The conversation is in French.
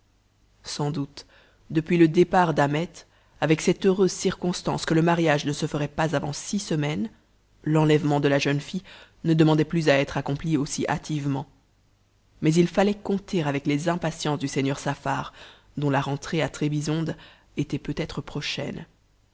sans doute depuis le départ d'ahmet avec cette heureuse circonstance que le mariage ne se ferait pas avant six semaines l'enlèvement de la jeune fille ne demandait plus à être accompli aussi hâtivement mais il fallait compter avec les impatiences du seigneur saffar dont la rentrée à trébizonde était peut-être prochaine